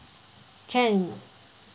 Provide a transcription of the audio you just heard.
can